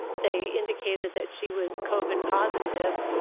they indicated that she was covered positive,